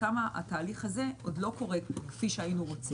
כמה התהליך הזה עוד לא קורה כפי שהיינו רוצים.